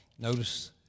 Notice